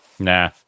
Nah